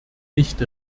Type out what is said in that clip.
nicht